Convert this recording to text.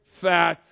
fat